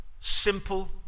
simple